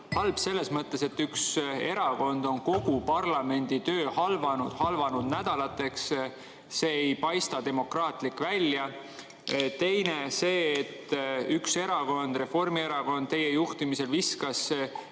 Halb selles mõttes, et üks erakond on kogu parlamendi töö halvanud, halvanud nädalateks. See ei paista demokraatlik välja. Teiseks, üks erakond, Reformierakond teie juhtimisel, viskas